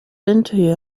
into